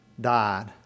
died